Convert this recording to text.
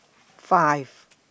five